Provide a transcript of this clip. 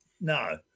No